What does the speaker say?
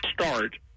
start